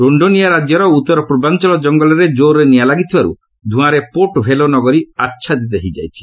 ରୋଷ୍ଡୋନିଆ ରାଜ୍ୟର ଉତ୍ତର ପଣ୍ଟିମାଞ୍ଚଳ ଜଙ୍ଗଲରେ ଜୋର୍ରେ ନିଆଁ ଲାଗିଥିବାରୁ ଧୃଆଁରେ ପୋର୍ଟ୍ ଭେଲୋ ନଗରୀ ଆଚ୍ଛାଦିତ ହୋଇଯାଇଛି